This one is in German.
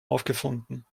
aufgefunden